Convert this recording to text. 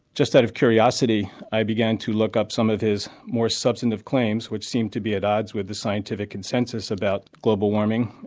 just out of curiosity, i began to look up some of his more substantive claims which seemed to be at odds with the scientific consensus about global warming,